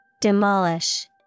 Demolish